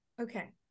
Okay